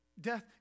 Death